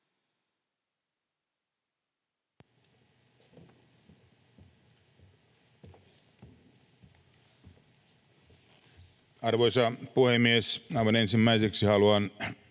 Arvoisa puhemies! Aivan ensimmäiseksi haluan